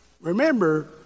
Remember